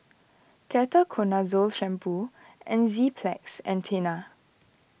Ketoconazole Shampoo Enzyplex and Tena